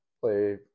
play